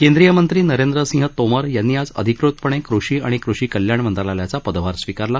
केंद्रीय मंत्री नरेंद्र सिंह तोमर यांनी आज अधिकृतपणे कषी आणि कषी कल्याण मंत्रालयाचा पदभार स्वीकारला